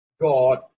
God